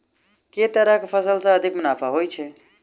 केँ तरहक फसल सऽ अधिक मुनाफा होइ छै?